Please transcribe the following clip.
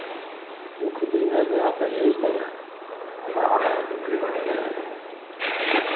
मुख्य बिज़नेस यहाँ का यहीं सब है